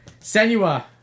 Senua